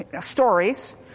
stories